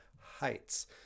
heights